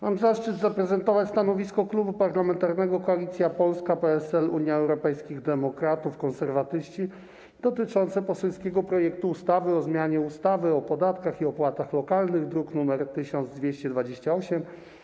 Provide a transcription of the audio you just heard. Mam zaszczyt zaprezentować stanowisko Klubu Parlamentarnego Koalicja Polska - PSL, Unia Europejskich Demokratów, Konserwatyści dotyczące poselskiego projektu ustawy o zmianie ustawy o podatkach i opłatach lokalnych, druk nr 1228.